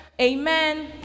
Amen